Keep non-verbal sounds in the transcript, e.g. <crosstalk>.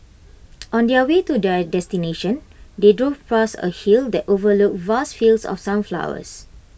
<noise> on their way to their destination they drove past A hill that overlooked vast fields of sunflowers